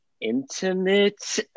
intimate